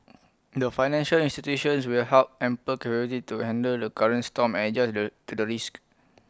the financial institutions will have ample capability to handle the current storm and adjust to to the risks